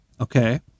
Okay